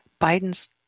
Biden's